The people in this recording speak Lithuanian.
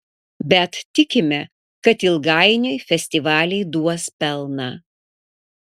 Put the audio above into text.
bet tikime kad ilgainiui festivaliai duos pelną